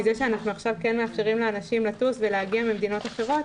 אנחנו עכשיו כן מאפשרים לאנשים לטוס ולהגיע ממדינות אחרות